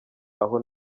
aha